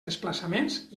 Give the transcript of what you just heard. desplaçaments